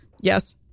Yes